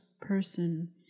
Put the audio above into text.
person